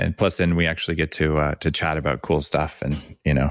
and plus, then, we actually get to to chat about cool stuff and you know